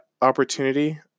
opportunity